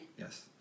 Yes